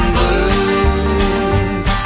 Blues